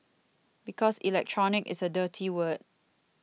because Electronic is a dirty word